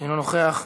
אינו נוכח,